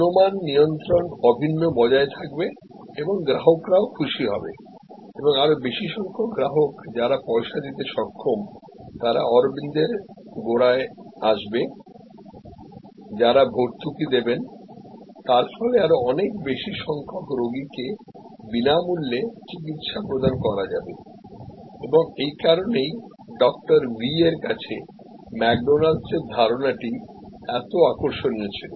গুণমান নিয়ন্ত্রণ অভিন্ন বজায় থাকবে এবং গ্রাহকরাও খুশি হবে এবং আরো বেশি সংখ্যক গ্রাহক যারা পয়সা দিতে সক্ষম তারা অরবিন্দের দোরগোড়ায় আসবেযারা ভর্তুকি দেবেনতার ফলে আরও অনেক বেশি সংখ্যক রোগীকে বিনামূল্যে চিকিৎসা প্রদান করা যাবে এবং এই কারণেই ডঃ ভি এরকাছে ম্যাকডোনাল্ডসের ধারণাটি এতই আকর্ষণীয় ছিল